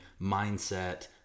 mindset